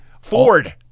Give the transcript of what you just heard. Ford